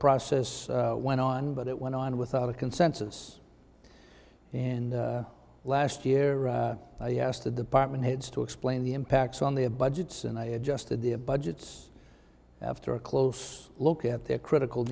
process went on but it went on without a consensus and last year i asked the department heads to explain the impacts on the a budgets and i adjusted the budgets after a close look at their critical